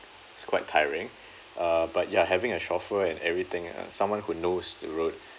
it's quite tiring uh but ya having a chauffeur and everything uh someone who knows the road